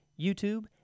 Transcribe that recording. YouTube